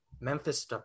Memphis